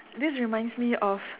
this reminds me of